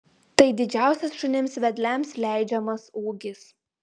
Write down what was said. tai didžiausias šunims vedliams leidžiamas ūgis